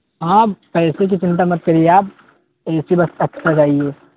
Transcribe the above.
ہاں پیسے کی چنتا مت کریے آپ اے سی بس اچھا چاہیے